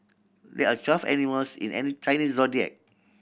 there are just animals in an Chinese Zodiac